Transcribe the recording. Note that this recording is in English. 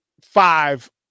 five